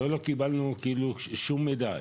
לא קיבלנו שום מידע.